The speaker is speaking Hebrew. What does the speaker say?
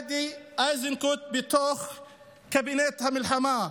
גדי איזנקוט בקבינט המלחמה.